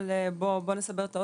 אבל בוא נסבר את האוזן,